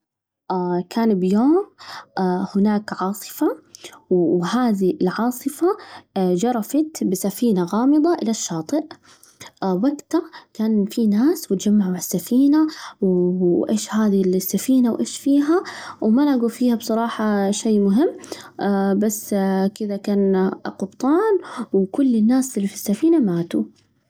كان بيوم هناك عاصفة، وهذه العاصفة جرفت بسفينة غامضة إلى الشاطئ، وجته كان في ناس واتجمعوا مع السفينة، وإيش هذي السفينة، وإيش فيها، وما لجوا فيها بصراحة شي مهم، بس كان كده قبطان وكل الناس اللي في السفينة ماتوا.